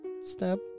step